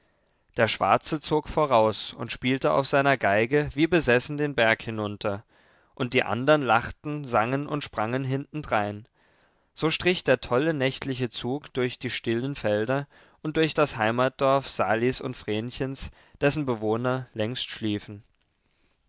der schwarze zog voraus und spielte auf seiner geige wie besessen den berg hinunter und die andern lachten sangen und sprangen hintendrein so strich der tolle nächtliche zug durch die stillen felder und durch das heimatdorf salis und vrenchens dessen bewohner längst schliefen